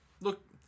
Look